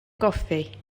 goffi